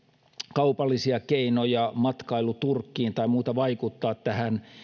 kaupallisia keinoja matkailu turkkiin tai muita vaikuttaa tähän